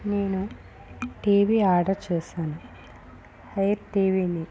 నేను TV order చేశాను Haier టీవీని